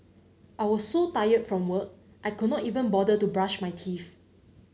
I was so tired from work I could not even bother to brush my teeth